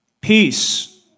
Peace